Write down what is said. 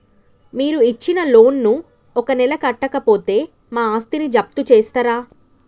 మీరు ఇచ్చిన లోన్ ను ఒక నెల కట్టకపోతే మా ఆస్తిని జప్తు చేస్తరా?